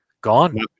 Gone